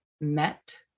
met